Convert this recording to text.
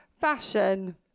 fashion